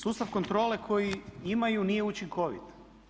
Sustav kontrole koji imaju nije učinkovit.